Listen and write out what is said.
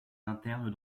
internes